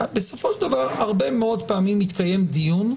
כאשר לא מאפשרים הופעה של אמנים מחוץ לארץ,